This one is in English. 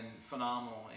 phenomenal